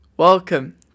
Welcome